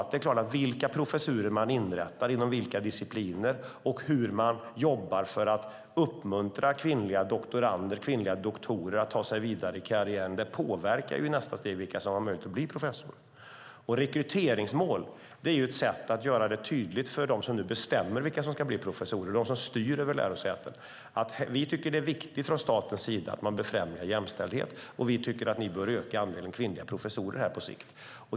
Vilka professurer man inrättar, inom vilka discipliner och hur man jobbar för att uppmuntra kvinnliga doktorer att ta sig vidare i karriären påverkar ju i nästa steg vilka som har möjlighet att bli professorer. Rekryteringsmål är ett sätt att göra det tydligt för dem som styr över lärosätena och bestämmer vilka som ska bli professorer att vi tycker att det är viktigt att man främjar jämställdhet och att vi tycker att man på sikt bör öka andelen kvinnliga professorer.